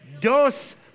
Dos